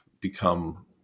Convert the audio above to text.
Become